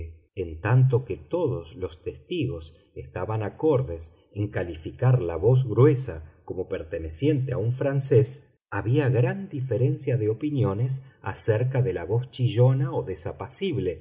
en tanto que todos los testigos estaban acordes en calificar la voz gruesa como perteneciente a un francés había gran diferencia de opiniones acerca de la voz chillona o